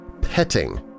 petting